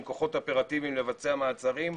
עם כוחות אופרטיביים לבצע מעצרים.